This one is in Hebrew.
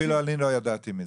אפילו אני לא ידעתי מזה.